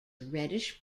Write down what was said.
reddish